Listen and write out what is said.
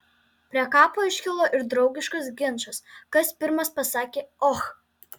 prie kapo iškilo ir draugiškas ginčas kas pirmas pasakė och